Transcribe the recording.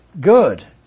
good